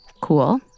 cool